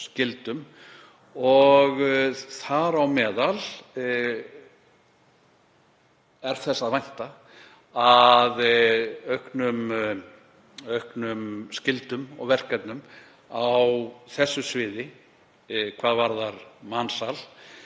Þar á meðal er þess að vænta að auknum skyldum og verkefnum á þessu sviði, hvað varðar mansal,